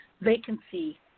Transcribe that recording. vacancy